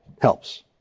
helps